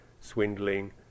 swindling